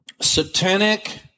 Satanic